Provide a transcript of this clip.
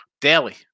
daily